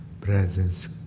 presence